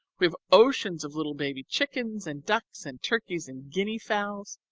we've oceans of little baby chickens and ducks and turkeys and guinea fowls.